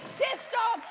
system